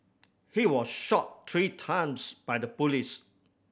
he was shot three times by the police